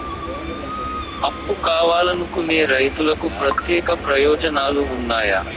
అప్పు కావాలనుకునే రైతులకు ప్రత్యేక ప్రయోజనాలు ఉన్నాయా?